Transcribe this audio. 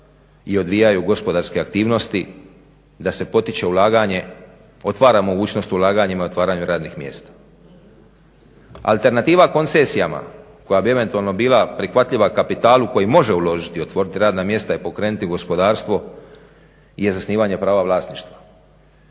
i odvijaju gospodarske aktivnosti, da se potiče ulaganje, otvara mogućnost ulaganjima i otvaranju radnih mjesta. Alternativa koncesijama koja bi eventualno bila prihvatljiva kapitalu koji može uložiti i otvoriti radna mjesta i pokrenuti gospodarstvo je zasnivanje prava vlasništva.